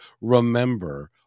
remember